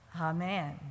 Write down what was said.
Amen